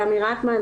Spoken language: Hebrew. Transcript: גם מרקמן,